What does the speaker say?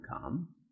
come